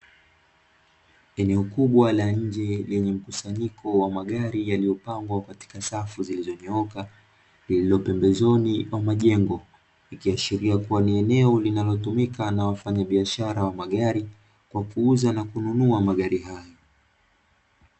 Eneo kubwa la nje lenye mkusanyiko wa magari yaliyopangwa katika safu zilizonyooka, lililo pembezoni mwa majengo. Likiashiria ni eneo linalotumika na wafanyabiashara wa magari, kwa kuuza na kununua magari hayo.